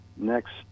next